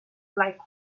like